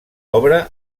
obra